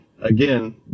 again